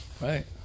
Right